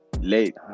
late